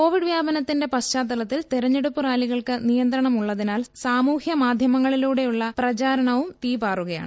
Covid വ്യാപനത്തിന്റെ പശ്ചാത്തലത്തിൽ തെരഞ്ഞെടുപ്പ് റാലികൾക്ക് നിയന്ത്രണമു ള്ളതിനാൽ സാമൂഹ്യ മാധ്യമങ്ങളിലൂടെയുള്ള പ്രചാരണവുംതീപാറുകയാണ്